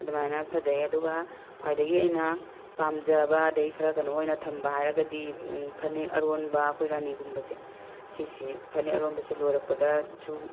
ꯑꯗꯨꯃꯥꯏꯅ ꯐꯖꯩ ꯑꯗꯨꯒ ꯈ꯭ꯋꯥꯏꯗꯒꯤ ꯑꯩꯅ ꯄꯥꯝꯖꯕ ꯑꯗꯒꯤ ꯈꯔ ꯀꯩꯅꯣ ꯑꯣꯏꯅ ꯊꯝꯕ ꯍꯥꯏꯔꯒꯗꯤ ꯐꯅꯦꯛ ꯑꯔꯣꯟꯕ ꯑꯩꯈꯣꯏ ꯔꯥꯅꯤꯒꯨꯝꯕꯁꯦ ꯁꯤꯁꯤ ꯐꯅꯦꯛ ꯑꯔꯣꯟꯕꯁꯦ ꯂꯣꯏꯔꯛꯄꯗꯁꯨ